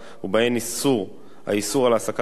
ובהן האיסור על העסקת עובדים,